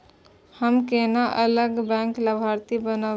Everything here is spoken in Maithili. हम केना अलग बैंक लाभार्थी बनब?